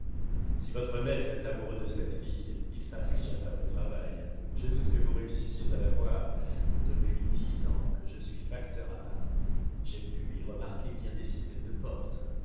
si votre maître est amoureux de cette fille il s'inflige un fameux travail je doute que vous réussissiez à la voir depuis dix ans que je suis facteur à paris j'ai pu y remarquer bien des systèmes de